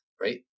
Right